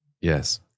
Yes